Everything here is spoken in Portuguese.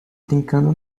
brincando